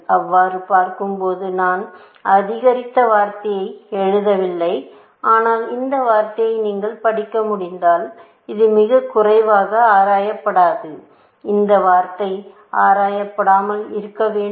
அவ்வாறு பார்க்கும் போது நான் அதிகரித்த வார்த்தையை எழுதவில்லை ஆனால் இந்த வார்த்தையை நீங்கள் படிக்க முடிந்தால் இது மிகக் குறைவாக ஆராயப்படாதது இந்த வார்த்தை ஆராயப்படாமல் இருக்க வேண்டும்